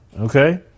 Okay